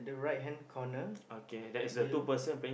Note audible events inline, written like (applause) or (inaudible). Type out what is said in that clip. (breath) okay that is the two person playing